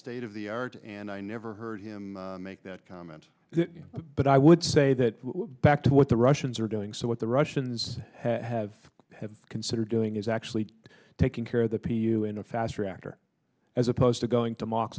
state of the art and i never heard him make that comment but i would say that back to what the russians are doing so what the russians have have considered doing is actually taking care of the p e o in a fast track or as opposed to going to mo